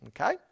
Okay